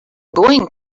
going